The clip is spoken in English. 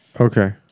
Okay